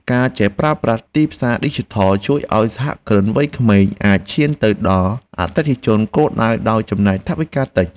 ការចេះប្រើប្រាស់ទីផ្សារឌីជីថលជួយឱ្យសហគ្រិនវ័យក្មេងអាចឈានទៅដល់អតិថិជនគោលដៅដោយចំណាយថវិកាតិច។